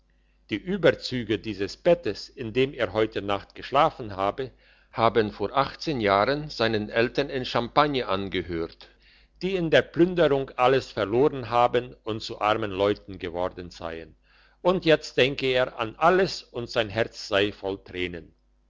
die überzüge dieses bettes in dem er heute nacht geschlafen habe haben vor jahren seinen eltern in champagne angehört die in der plünderung alles verloren haben und zu armen leuten geworden seien und jetzt denke er an alles und sein herz sei voll tränen